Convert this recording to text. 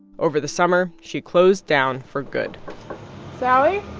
over the summer, she closed down for good sally?